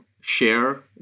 share